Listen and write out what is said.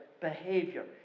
behavior